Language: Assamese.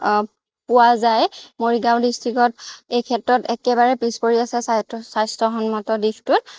পোৱা যায় মৰিগাঁও ডিষ্ট্ৰিকত এইক্ষেত্ৰত একেবাৰে পিছ পৰি আছে স্বায়ত্ব স্বাস্থ্যসন্মত দিশটোত